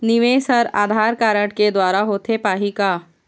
निवेश हर आधार कारड के द्वारा होथे पाही का?